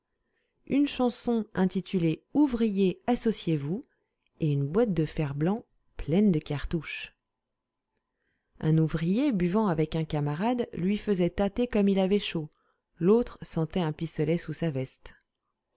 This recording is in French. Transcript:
une chanson intitulée ouvriers associez vous et une boîte de fer-blanc pleine de cartouches un ouvrier buvant avec un camarade lui faisait tâter comme il avait chaud l'autre sentait un pistolet sous sa veste